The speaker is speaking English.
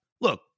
Look